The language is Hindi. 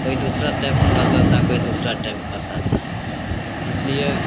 कोई दूसरे टाइप का फसाता है कोई दूसरा टाइप फँसाने है इसलिए